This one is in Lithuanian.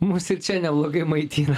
mus ir čia neblogai maitina